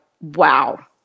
wow